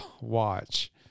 watch